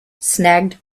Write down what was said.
snagged